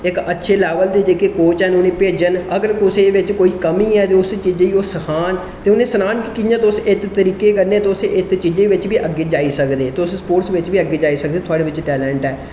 इक अच्छे लेबल दे जेह्के कोच ना उ'नेंगी भेजन अगर कुसै दे बिच्च कोई कमी ऐ ते उस चीजै गी सखान ते उ नें सनान कि कि'यां तुस इस तरीके कन्नै इक चीजे बिच्च बी अग्गै जाई सकदे तुस स्पोर्ट्स बिच्च बी अग्गै जाई सकदे तुस ओह् थुआढ़े बिच्च टेलेंट ऐ